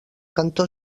cantó